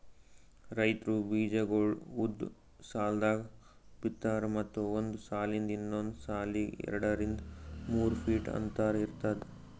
ರೈತ್ರು ಬೀಜಾಗೋಳ್ ಉದ್ದ್ ಸಾಲ್ದಾಗ್ ಬಿತ್ತಾರ್ ಮತ್ತ್ ಒಂದ್ ಸಾಲಿಂದ್ ಇನ್ನೊಂದ್ ಸಾಲಿಗ್ ಎರಡರಿಂದ್ ಮೂರ್ ಫೀಟ್ ಅಂತರ್ ಇರ್ತದ